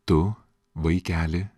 tu vaikeli